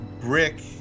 Brick